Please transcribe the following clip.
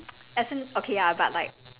as in okay ya but like